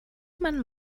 man